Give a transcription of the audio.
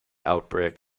outbreak